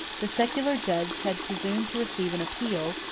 the secular judge had presumed to receive an appeal,